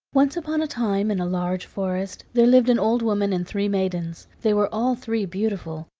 once upon a time, in a large forest, there lived an old woman and three maidens. they were all three beautiful,